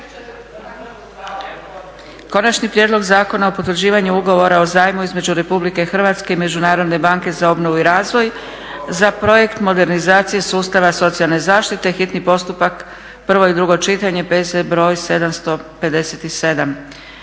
donesen Zakona o potvrđivanju ugovora o zajmu između Republike Hrvatske i Međunarodne banke za obnovu i razvoj za projekt modernizacije sustava socijalne zaštite u tekstu kako ga je predložila